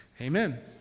amen